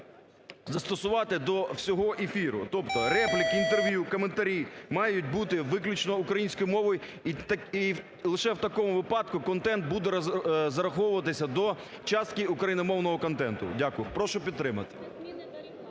застосувати до всього ефіру, тобто репліки, інтерв'ю, коментарі мають бути виключно українською мовою, і лише в такому випадку контент буде зараховуватися до частки україномовного контенту. Дякую. Прошу підтримати.